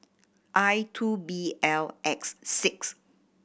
I two B L X six